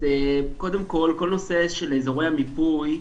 קודם כל, כל נושא של אזורי המיפוי,